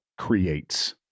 creates